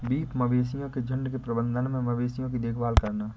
beef मवेशियों के झुंड के प्रबंधन में मवेशियों की देखभाल करना